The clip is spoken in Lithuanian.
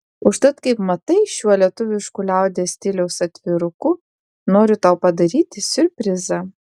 užtat kaip matai šiuo lietuvišku liaudies stiliaus atviruku noriu tau padaryti siurprizą